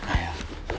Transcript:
!aiya!